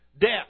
Death